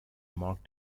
marc